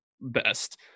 best